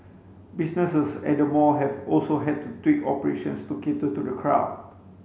businesses at the mall have also had to tweak operations to cater to the crowd